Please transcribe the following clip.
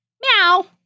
Meow